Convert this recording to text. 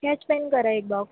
कॅचपेन करा एक बॉक्स